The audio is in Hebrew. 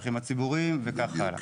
השטחים הציבוריים וכן הלאה.